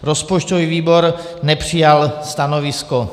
Rozpočtový výbor nepřijal stanovisko.